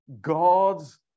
God's